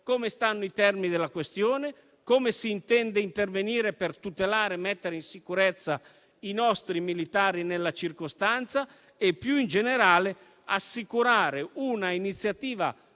come stanno i termini della questione, come si intende intervenire per tutelare e mettere in sicurezza i nostri militari nella circostanza e, più in generale, per assicurare un'iniziativa